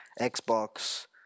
Xbox